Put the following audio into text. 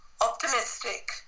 optimistic